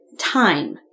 Time